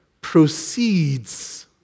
proceeds